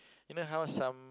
you know how some